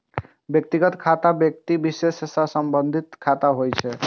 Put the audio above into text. व्यक्तिगत खाता व्यक्ति विशेष सं संबंधित खाता होइ छै